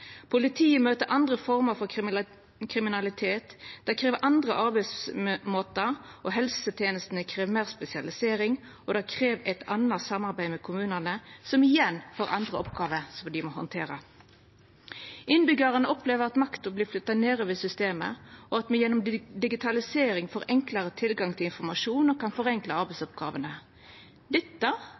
Politiet møter andre former for kriminalitet, og det krev andre arbeidsmåtar. Helsetenestene krev meir spesialisering, og det krev eit anna samarbeid med kommunane, som igjen får andre oppgåver som dei må handtera. Innbyggjarane opplever at makta vert flytta nedover i systemet, og at me gjennom digitalisering får enklare tilgang til informasjon og kan forenkla arbeidsoppgåvene. Dette